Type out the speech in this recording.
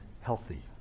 healthy